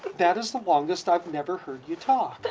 that is the longest i never heard you talk